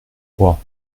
roi